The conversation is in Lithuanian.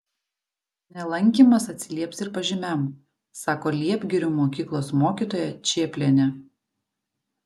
nelankymas atsilieps ir pažymiam sako liepgirių mokyklos mokytoja čėplienė